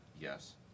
yes